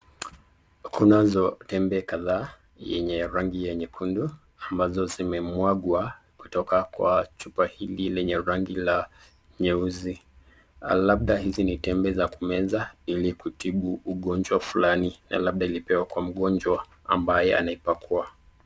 Kunazo tembe kadhaa yenye rangi ya nyekundu ambazo zimemagwa kutoka kwa chupa hili lenyewe rangi la nyeusi, labda izi ni tembe za kumeza ili kutibu ugongwa fulani na labda ilipewa mgonjwa ambaye anaipakua.